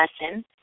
lesson